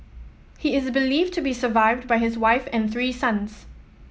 he is believed to be survived by his wife and three sons